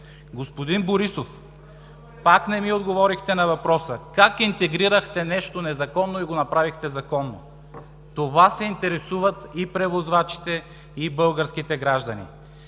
Господин Борисов, пак не ми отговорихте на въпроса: как интегрирахте нещо незаконно и го направихте законно? От това се интересуват и превозвачите, и българските граждани.